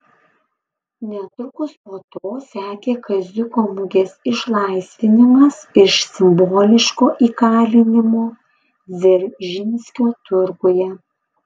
netrukus po to sekė kaziuko mugės išlaisvinimas iš simboliško įkalinimo dzeržinskio turguje